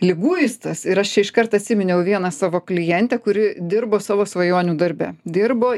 liguistas ir aš čia iškart atsiminiau vieną savo klientę kuri dirbo savo svajonių darbe dirbo